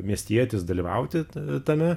miestietis dalyvauti tame